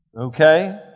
Okay